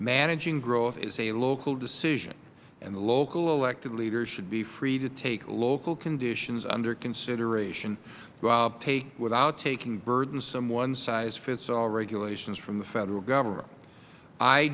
managing growth is a local decision and the local elected leaders should be free to take local conditions under consideration without taking burdensome one size fits all regulations from the federal government i